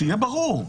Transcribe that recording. שיהיה ברור.